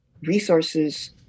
resources